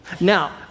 Now